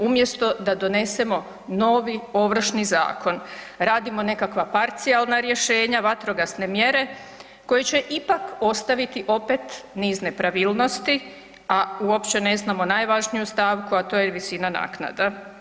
Umjesto da donesemo novi Ovrši zakon radimo nekakva parcijalna rješenja, vatrogasne mjere koje će ipak ostaviti opet niz nepravilnosti, a uopće ne znamo najvažniju stavku, a to je visina naknada.